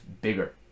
bigger